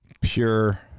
pure